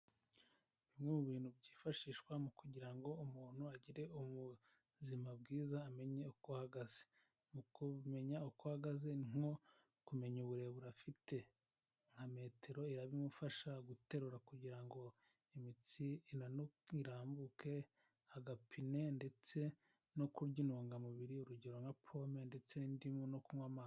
Bimwe mu bintu byifashishwa mu kugira ngo umuntu agire ubuzima bwiza amenye uko ahagaze, mu kumenya uko ahagaze ni nko kumenya uburebure afite, nka metero irabimufasha guterura kugira ngo imitsi irambuke, agapine ndetse no kurya intungamubiri urugero: nka pome ndetse indimu no kunywa amazi.